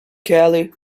kelly